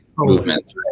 movements